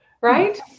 right